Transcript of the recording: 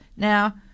Now